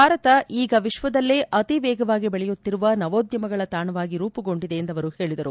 ಭಾರತ ಈಗ ವಿಶ್ವದಲ್ಲೇ ಅತಿವೇಗವಾಗಿ ಬೆಳೆಯುತ್ತಿರುವ ನವೋದ್ಯಮಗಳ ತಾಣವಾಗಿ ರೂಪುಗೊಂಡಿದೆ ಎಂದು ಅವರು ಹೇಳಿದರು